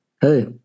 Hey